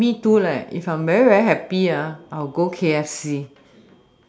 me too leh if I'm very very happy ah I will go K_F_C